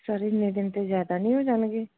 sir ਇੰਨੇ ਦਿਨ ਤਾਂ ਜ਼ਿਆਦਾ ਨਹੀਂ ਹੋ ਜਾਣਗੇ